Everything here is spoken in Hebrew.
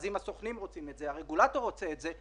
אז אם הסוכנים רוצים את זה והרגולטור רוצה את זה,